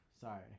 sorry